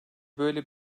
böyle